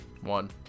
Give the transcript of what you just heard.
One